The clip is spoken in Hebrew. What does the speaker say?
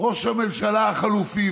ראש הממשלה החליפי.